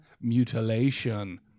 mutilation